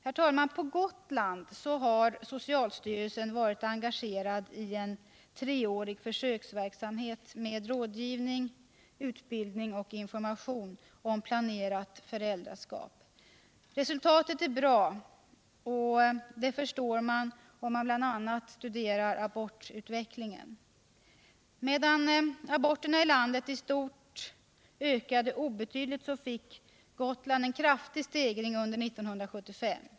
Herr talman! På Gotland har socialstyrelsen varit engagerad i en treårig försöksverksamhet med rådgivning, utbildning och information om planerat föräldraskap. Resultatet är bra och det förstår man om man bl.a. studerar abortutvecklingen. Medan aborterna i landet i stort ökade obetydligt fick Gotland en kraftig stegring under 1975.